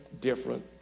different